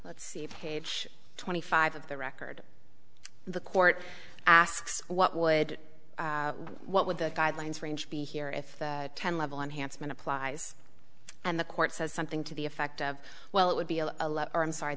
let's see of page twenty five of the record the court asks what would what would the guidelines range be here if the ten level enhancement applies and the court says something to the effect of well it would be a lot more inside